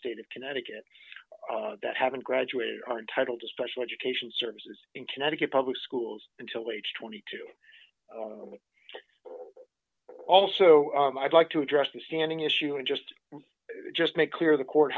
state of connecticut that haven't graduated are entitled to special education services in connecticut public schools until age twenty two also i'd like to address the standing issue and just just make clear the court